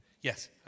Yes